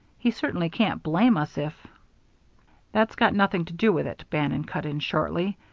he certainly can't blame us if that's got nothing to do with it, bannon cut in shortly.